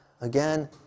again